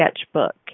sketchbook